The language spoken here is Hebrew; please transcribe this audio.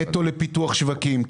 נטו לפיתוח שווקים.